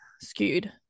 skewed